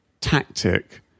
tactic